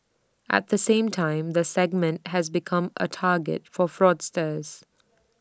at the same time the segment has become A target for fraudsters